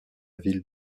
ville